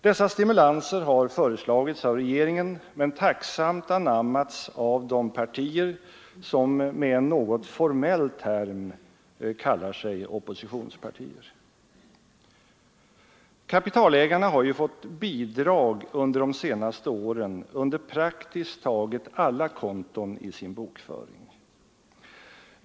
Dessa stimulanser har föreslagits av regeringen, men tacksamt anammats av de partier som med en något formell term kallar sig oppositionspartier. Kapitalägarna har ju de senaste åren fått bidrag under praktiskt taget alla konton i sin bokföring.